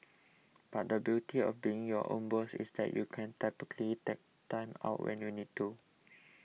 but the beauty of being your own boss is that you can typically take Time Out when you need to